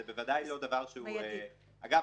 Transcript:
אגב,